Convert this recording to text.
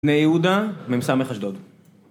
בני יהודה, מם סמך אשדוד